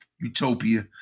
Utopia